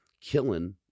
killing